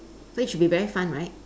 then it should be very fun right